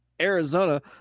Arizona